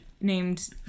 named